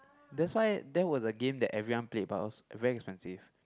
that's why there was a game that everyone played but it was very expensive